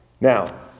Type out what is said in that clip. Now